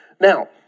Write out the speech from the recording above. Now